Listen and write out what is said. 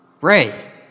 Ray